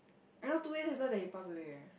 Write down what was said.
I know two days later that he passed away eh